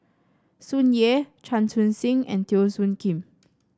Tsung Yeh Chan Chun Sing and Teo Soon Kim